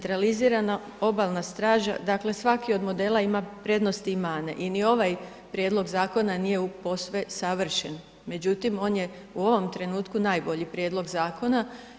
Dakle svaki od modela ima prednosti i mane i ni ovaj prijedlog zakona nije posve savršen, međutim on je u ovom trenutku najbolji prijedlog zakona.